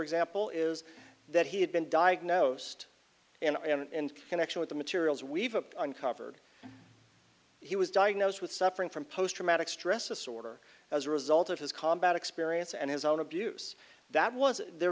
example is that he had been diagnosed and i am in connection with the materials we've uncovered he was diagnosed with suffering from post traumatic stress disorder as a result of his combat experience and his own abuse that was there